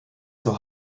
zur